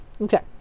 Okay